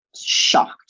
shocked